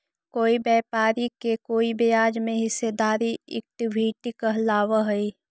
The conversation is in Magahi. कोई व्यापारी के कोई ब्याज में हिस्सेदारी इक्विटी कहलाव हई